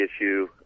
issue